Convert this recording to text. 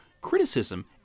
criticism